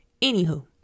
Anywho